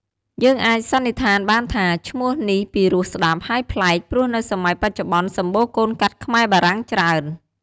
យើងអាចសន្និដ្ឋានបានថាឈ្មោះនេះពិរោះស្ដាប់ហើយប្លែកព្រោះនៅសម័យបច្ចុប្បន្នសំបូរកូនកាត់ខ្មែរបារាំងច្រើន។